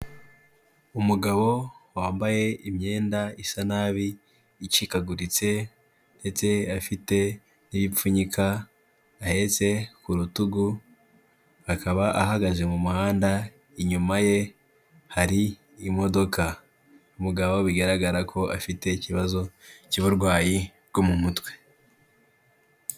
Umugabo wambaye imyenda isa nabi, icikaguritse ndetse afite n'ibipfunyika ahetse ku rutugu, akaba ahagaze mu muhanda, inyuma ye hari imodoka. Umugabo bigaragara ko afite ikibazo cy'uburwayi bwo mu mutwe.